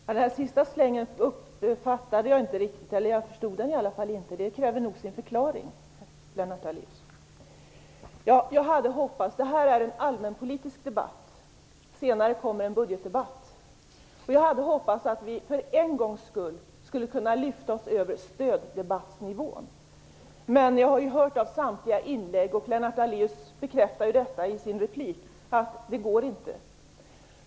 Fru talman! Den sista slängen uppfattade jag inte riktigt. Jag förstod den i varje fall inte. Den kräver nog sin förklaring, Lennart Daléus. Det här är en allmänpolitisk debatt. Senare kommer en budgetdebatt. Jag hade hoppats att vi för en gångs skull skulle kunna lyfta oss över stöddebattsnivån. Men jag har hört i samtliga inlägg, och Lennart Daléus bekräftar detta i sin replik, att det inte går.